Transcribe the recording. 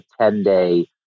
10-day